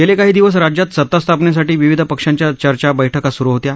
गेले काही दिवस राज्यात सता स्थापनेसाठी विविध पक्षांच्या चर्चा बैठका सुरु होत्या